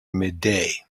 midday